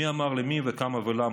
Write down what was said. מי אמר למי, כמה ולמה.